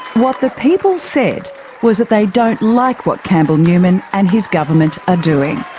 what the people said was that they don't like what campbell newman and his government are doing.